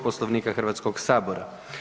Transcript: Poslovnika Hrvatskog sabora.